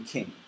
King